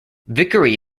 vickery